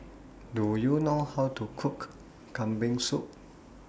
Do YOU know How to Cook Kambing Soup